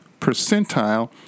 percentile